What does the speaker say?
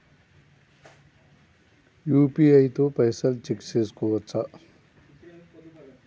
UPI తో పైసల్ check చేసుకోవచ్చా?